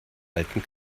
alten